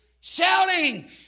shouting